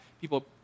People